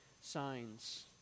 signs